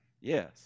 Yes